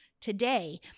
today